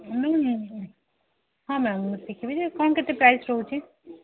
ହଁ ହଁ ମ୍ୟାମ୍ ମୁଁ ଶିଖିବି ଯେ କ'ଣ କେତେ ପ୍ରାଇସ୍ ରହୁଛି